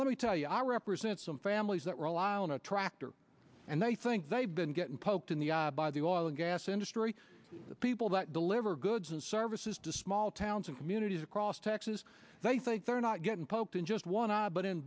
me i represent some families that rely on a tractor and they think they've been getting poked in the eye by the oil and gas industry the people that deliver goods and services to small towns and communities across texas they think they're not getting poked in just one but in